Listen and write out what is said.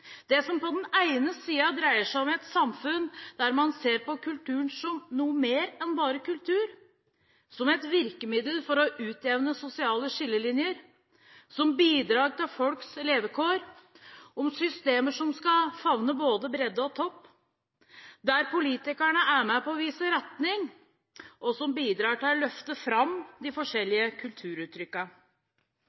i politikken. På den ene siden dreier det seg om et samfunn der man ser på kulturen som noe mer enn bare kultur – som et virkemiddel for å utjevne sosiale skillelinjer, som bidrag til folks levekår, om systemer som skal favne både bredde og topp, der politikerne er med på å vise retning, og som bidrar til å løfte fram de forskjellige